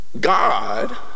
God